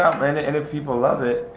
um and and if people love it,